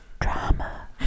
drama